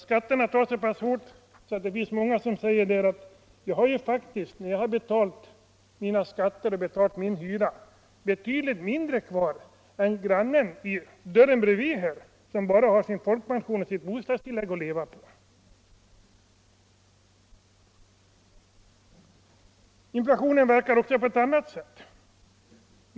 Skatterna tar så mycket att många säger: När jag har betalt skatter och hyra, har jag betydligt mindre kvar än grannen bredvid, som bara har folkpension och bostadstillägg att leva på. Inflationen verkar även på andra sätt.